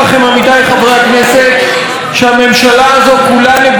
שהממשלה הזו כולה נגועה בענייני ניגודי עניינים.